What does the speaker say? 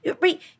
Right